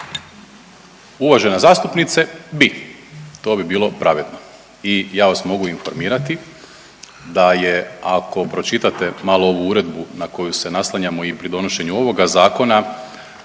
Uvažena zastupnice, bi. To bi bilo pravedno i ja vas mogu informirati da je, ako pročitate malo ovu uredbu na koju se naslanjamo i pri donošenju ovoga zakona,